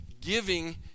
giving